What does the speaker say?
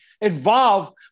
involved